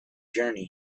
journey